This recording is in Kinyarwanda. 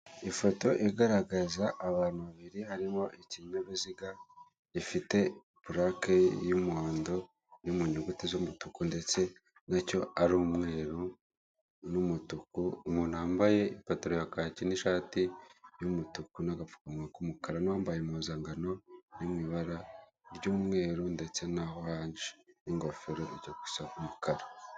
Ifoto igaragaza abantu babiri harimo ikinyabiziga gifite purake y'umuhondo iri mu nyuguti z'umutuku ndetse, bityo ari umweru n'umutuku, umuntu wambaye ipataro ya kake n'ishati y'umutuku, n'agapfukamunwa k'umukara n'uwambaye impuzankano, iri mu ibara ry'umweru ndetse na oranje n'ingofero inja gusa umukara.